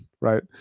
right